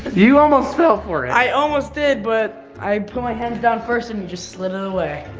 you almost fell for it! i almost did but i put my hands down first and you just slid it away.